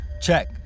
Check